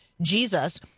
Jesus